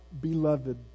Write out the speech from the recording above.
Beloved